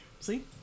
See